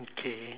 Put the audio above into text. okay